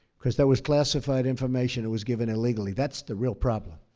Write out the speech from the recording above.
because that was classified information that was given illegally. that's the real problem.